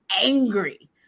angry